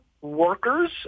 workers